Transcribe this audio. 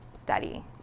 study